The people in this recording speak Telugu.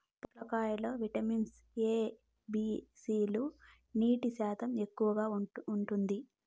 పొట్లకాయ లో విటమిన్ ఎ, బి, సి లు, నీటి శాతం ఎక్కువగా ఉంటాది